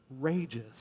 rages